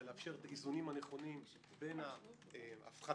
לאפשר את האיזונים הנכונים בין ההפחתה,